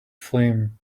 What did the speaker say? flame